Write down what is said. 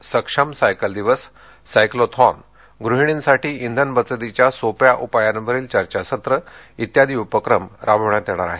या मोहीमेअंतर्गत सक्षम सायकल दिवस सायक्लोथॉन गृहिर्णीसाठी इंधन बचतीच्या सोप्या उपायांवरील चर्चासत्र आदी उपक्रम राबवण्यात येणार आहेत